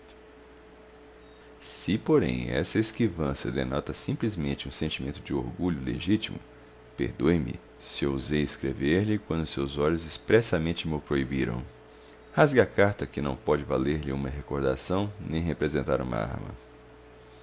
se porém essa esquivança denota simplesmente um sentimento de orgulho legítimo perdoe-me se ousei escrever-lhe quando seus olhos expressamente mo proibiram rasgue a carta que não pode valer lhe uma recordação nem representar uma arma